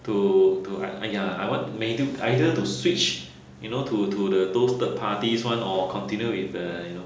to to !aiya! I want maybe either to switch you know to to the those third parties [one] or continue with the you know